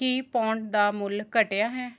ਕੀ pound ਦਾ ਮੁੱਲ ਘਟਿਆ ਹੈ